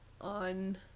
on